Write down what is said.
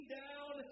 down